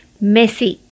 messy